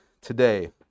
today